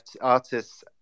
artists